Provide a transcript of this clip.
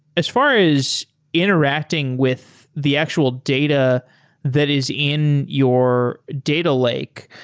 as far is interacting with the actual data that is in your data lake,